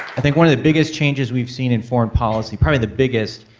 i think one of the biggest changes we've seen in foreign policy, probably the biggest,